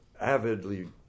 avidly